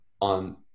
on